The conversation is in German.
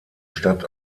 stadt